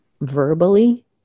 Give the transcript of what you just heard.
verbally